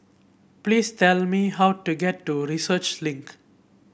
please tell me how to get to Research Link